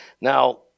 Now